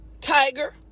tiger